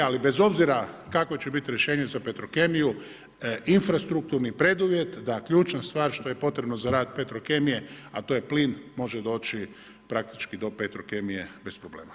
Ali bez obzira kakvo će biti rješenje za Petrokemiju, infrastrukturni preduvjet da ključna stvar što je potrebno za rad Petrokemije, a to je plin, može doći praktički do Petrokemije bez problema.